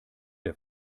der